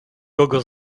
kogo